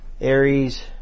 Aries